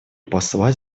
посла